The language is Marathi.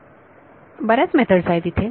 विद्यार्थी बऱ्याच मेथडस आहेत इथे